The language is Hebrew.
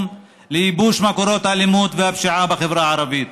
לייבוש מקורות האלימות והפשיעה בחברה הערבית.